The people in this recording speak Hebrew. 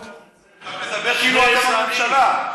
אתה מדבר כאילו אתה בממשלה.